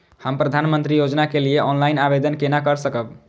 हम प्रधानमंत्री योजना के लिए ऑनलाइन आवेदन केना कर सकब?